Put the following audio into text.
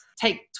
take